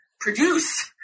produce